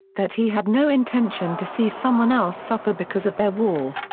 that he had no intention to see someone else suffer because of their war.